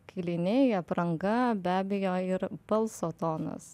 kailiniai apranga be abejo ir balso tonas